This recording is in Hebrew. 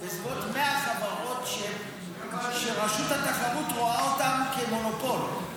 בסביבות 100 חברות שרשות התחרות רואה אותן כמונופול.